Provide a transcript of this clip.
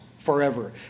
Forever